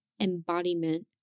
embodiment